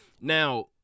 Now